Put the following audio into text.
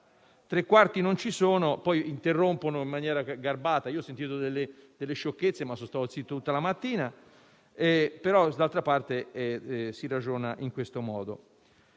tre quarti non ci sono; poi interrompono in maniera garbata. Ho sentito delle sciocchezze, ma sono stato zitto tutta la mattina. Si ragiona in questo modo